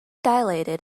dilated